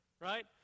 right